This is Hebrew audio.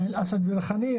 עין אל אסד וריחניה